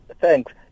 Thanks